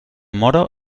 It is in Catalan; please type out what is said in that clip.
moro